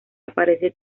aparece